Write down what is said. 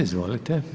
Izvolite.